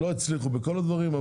לא הצליחו בכל הדברים,